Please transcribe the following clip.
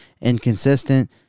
inconsistent